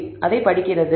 delim அதை படிக்கிறது